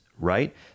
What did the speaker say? right